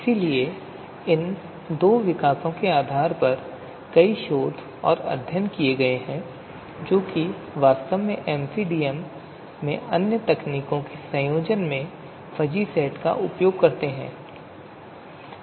इसलिए इन दो विकासों के आधार पर कई शोध अध्ययन किए गए हैं जो वास्तव में एमसीडीएम में अन्य तकनीकों के संयोजन में फजी सेट का उपयोग करते हैं